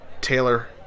Taylor